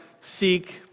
Seek